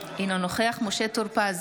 אינו נוכח משה טור פז,